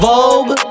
Vogue